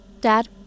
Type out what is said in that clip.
Dad